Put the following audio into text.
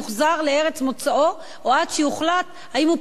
או עד שיוחלט אם הוא פליט או מסתנן עבודה.